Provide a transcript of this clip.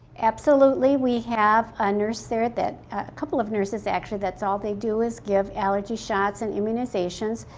absolutely. we have a nurse there that, a couple of nurses that actually that's all they do is give allergy shots and immunizations.